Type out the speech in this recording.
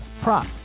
prop